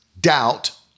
doubt